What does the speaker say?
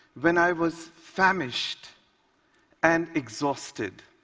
when i was famished and exhausted,